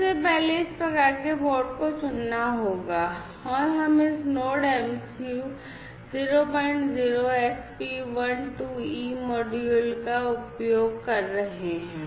सबसे पहले इस प्रकार के बोर्ड को चुनना होगा और हम इस नोड MCU 00SP12E मॉड्यूल का उपयोग कर रहे हैं